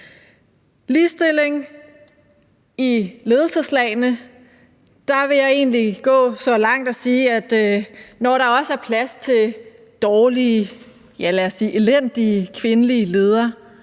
ligestilling i ledelseslagene vil jeg egentlig gå så langt som til at sige, at når der også er plads til dårlige, ja, lad os sige elendige kvindelige ledere